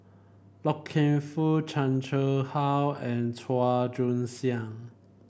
Loy Keng Foo Chan Chang How and Chua Joon Siang